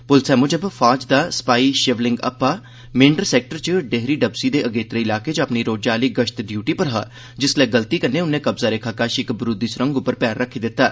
पुलसै मुजब फौज दा सपाई शिवलिंग अप्पा मेंढर सैक्टर च डेहरी डबसी दे अगेत्रे इलाके च अपनी रोजा आहली गश्त ड्यूटी पर हा जिसलै गलती कन्नै उन्नै कब्ज़ा रेखा कश इक बारूदी स्रंग उप्पर पैर रक्खी दित्ता